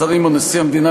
השרים או נשיא המדינה,